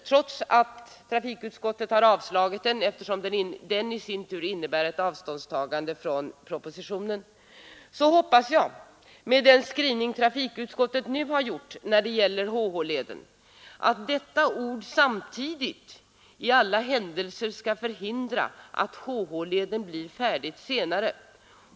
Trots att trafikutskottet avstyrkt motionen, eftersom den innebär ett avståndstagande från propositionen, hoppas jag att den omständigheten att utskottet använder ordet ”samtidigt” när det gäller HH-leden i alla händelser skall förhindra att denna led blir färdig senare än KM-leden.